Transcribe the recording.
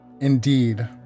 indeed